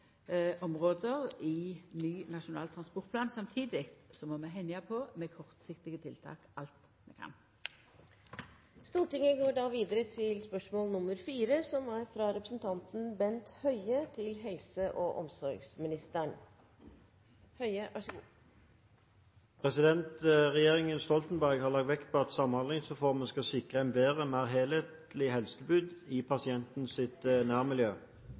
i ny Nasjonal transportplan. Samtidig må vi henga på alt vi kan med kortsiktige tiltak. «Regjeringen Stoltenberg har lagt vekt på at Samhandlingsreformen skal sikre et bedre, mer helhetlig helsetilbud i pasientenes nærmiljø. Ved inngangen til